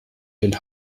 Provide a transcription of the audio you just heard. den